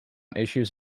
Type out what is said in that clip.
issues